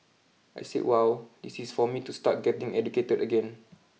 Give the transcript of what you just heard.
I said wow this is for me to start getting educated again